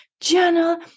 journal